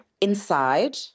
inside